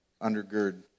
undergird